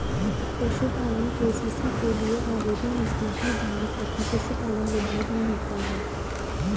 पशुपालन के.सी.सी के लिए आवेदन नजदीकी बैंक तथा पशुपालन विभाग में होता है